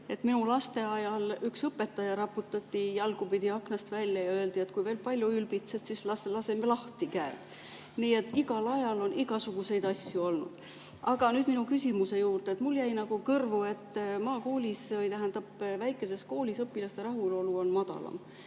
minu laste ajal üks õpetaja riputati jalgupidi aknast välja ja öeldi, et kui veel palju ülbitsed, siis laseme käed lahti. Nii et igal ajal on igasuguseid asju olnud. Aga nüüd minu küsimuse juurde. Mulle jäi nagu kõrvu, et maakoolis või väikeses koolis õpilaste rahulolu on madalam.